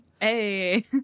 Hey